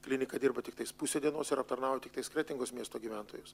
klinika dirba tiktais pusę dienos ir aptarnauja tiktais kretingos miesto gyventojus